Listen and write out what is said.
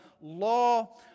law